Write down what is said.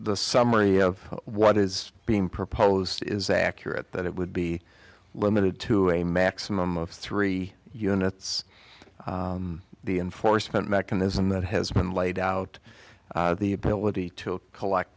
the summary of what is being proposed is accurate that it would be limited to a maximum of three units the enforcement mechanism that has been laid out the ability to collect